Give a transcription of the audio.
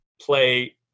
play